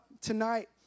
tonight